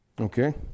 Okay